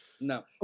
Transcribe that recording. No